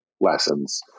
lessons